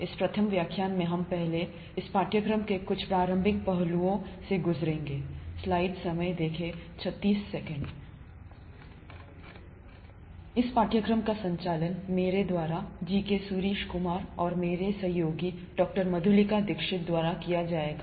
इस प्रथम व्याख्यान में हम पहले इस पाठ्यक्रम के कुछ प्रारंभिक पहलुओं से गुजरेंगे I पाठ्यक्रम का संचालन मेरे जी के सूर्याकुमार द्वारा और मेरे सहयोगी डॉ मधुलिका दीक्षित द्वारा किया जाएगा